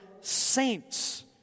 saints